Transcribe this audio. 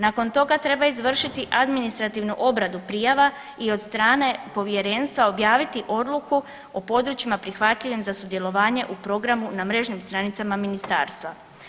Nakon toga treba izvršiti administrativnu obradu prijava i od strane povjerenstva objaviti odluku o područjima prihvatljivim za sudjelovanje u programu na mrežnim stranicama ministarstva.